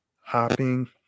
hopping